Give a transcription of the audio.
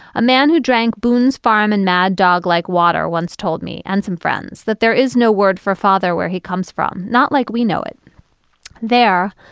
a man who drank boon's farm and mad dog like water once told me and some friends that there is no word for father where he comes from. not like we know it there.